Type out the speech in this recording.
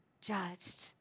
judged